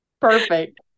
Perfect